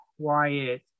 quiet